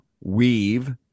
weave